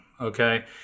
okay